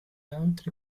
altri